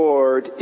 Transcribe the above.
Lord